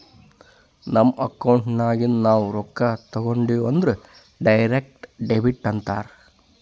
ನಮ್ ಅಕೌಂಟ್ ನಾಗಿಂದ್ ನಾವು ರೊಕ್ಕಾ ತೇಕೊಂಡ್ಯಾವ್ ಅಂದುರ್ ಡೈರೆಕ್ಟ್ ಡೆಬಿಟ್ ಅಂತಾರ್